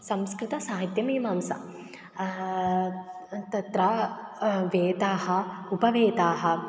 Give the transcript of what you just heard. संस्कृतसाहित्यमीमांसायाः तत्र वेदाः उपवेदाः